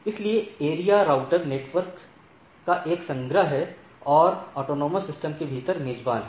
इसलिए area router network का एक संग्रह है और एक स्वायत्त प्रणाली के भीतर मेजबान है